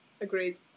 Agreed